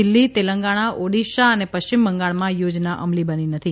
દિલ્હી તેલંગણા ઓડીશા અને પશ્ચિમ બંગાળમાં યોજના અમલી બની નથી